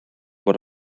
bod